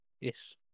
Yes